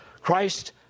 Christ